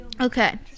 okay